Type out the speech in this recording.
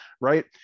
right